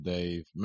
Dave